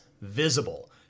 visible